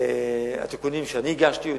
התיקונים שאני הגשתי.